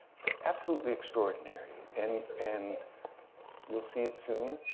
it's absolutely extraordinary. and and you'll see it soon.